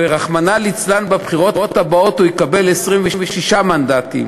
ורחמנא ליצלן בבחירות הבאות הוא יקבל 26 מנדטים,